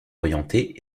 orientés